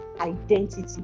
identity